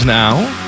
now